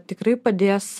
tikrai padės